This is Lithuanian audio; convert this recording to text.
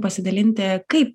pasidalinti kaip